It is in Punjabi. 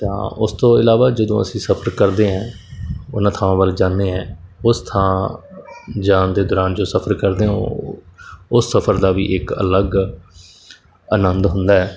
ਤਾਂ ਉਸ ਤੋਂ ਇਲਾਵਾ ਜਦੋਂ ਅਸੀਂ ਸਫਰ ਕਰਦੇ ਹਾਂ ਉਹਨਾਂ ਥਾਵਾਂ ਵੱਲ ਜਾਂਦੇ ਹਾਂ ਉਸ ਥਾਂ ਜਾਣ ਦੇ ਦੌਰਾਨ ਜੋ ਸਫਰ ਕਰਦੇ ਹੋ ਉਸ ਸਫਰ ਦਾ ਵੀ ਇੱਕ ਅਲੱਗ ਅਨੰਦ ਹੁੰਦਾ ਹੈ